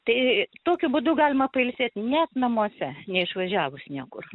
tai tokiu būdu galima pailsėt net namuose neišvažiavus niekur